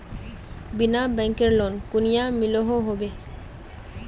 बिना बैंकेर लोन कुनियाँ मिलोहो होबे?